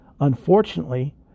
Unfortunately